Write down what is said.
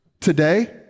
Today